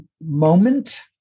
moment